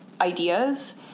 ideas